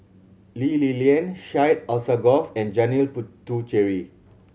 Lee Li Lian Syed Alsagoff and Janil Puthucheary